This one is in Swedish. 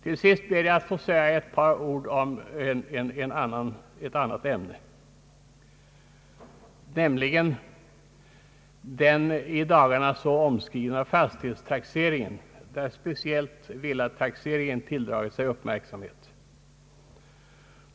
Till sist vill jag säga några ord om den i dagarna så omskrivna fastighetstaxeringen, där speciellt villataxeringen tilldragit sig uppmärksamhet.